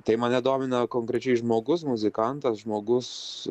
tai mane domina konkrečiai žmogus muzikantas žmogus